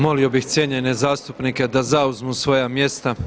Molio bih cijenjene zastupnike da zauzmu svoja mjesta.